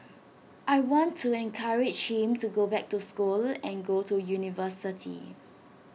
I want to encourage him to go back to school and go to university